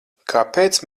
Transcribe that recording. kāpēc